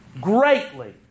greatly